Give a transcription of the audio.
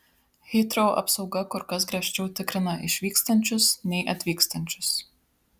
hitrou apsauga kur kas griežčiau tikrina išvykstančius nei atvykstančius